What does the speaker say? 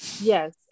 Yes